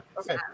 okay